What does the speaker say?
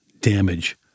damage